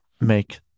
make